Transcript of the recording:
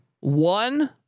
one